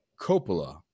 Coppola